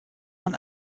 man